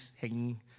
hanging